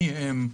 מי הם?